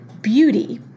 beauty